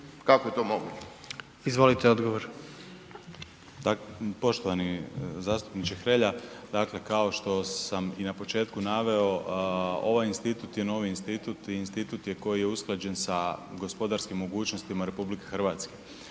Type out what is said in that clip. **Aladrović, Josip (HDZ)** Poštovani zastupniče Hrelja. Dakle kao što sam i na početku naveo, ovaj institut je novi institut, institut je koji je usklađen sa gospodarskim mogućnostima RH. Svjesni